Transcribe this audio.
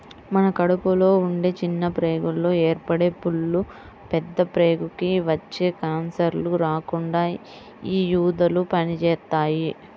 మన కడుపులో ఉండే చిన్న ప్రేగుల్లో ఏర్పడే పుళ్ళు, పెద్ద ప్రేగులకి వచ్చే కాన్సర్లు రాకుండా యీ ఊదలు పనిజేత్తాయి